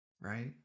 right